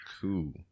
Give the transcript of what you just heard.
Cool